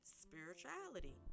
spirituality